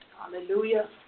Hallelujah